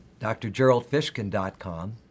drgeraldfishkin.com